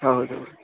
ಹೌದು